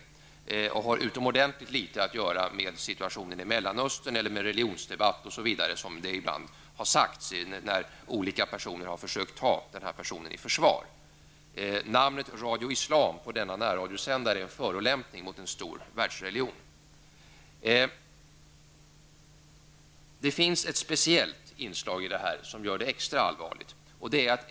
Det hela har utomordentligt litet att göra med situationen i Mellanöstern eller med t.ex. religionsdebatt som det ibland har sagts när man har velat ta personen i fråga i försvar. Namnet Radio Islam på denna radiosändare är en förolämpning mot en världsreligion. Det finns ett speciellt inslag som gör det hela extra allvarligt.